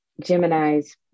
Gemini's